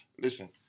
listen